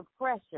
pressure